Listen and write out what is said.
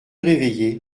réveillé